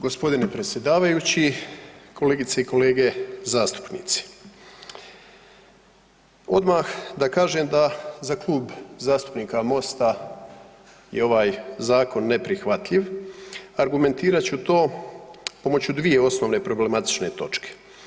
Gospodine predsjedavajući, kolegice i kolege zastupnici, odmah da kažem da za Klub zastupnika MOST-a je ovaj zakon neprihvatljiv, argumentirat ću to pomoću dvije osnovne problematične točke.